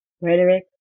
Rhetoric